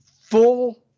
full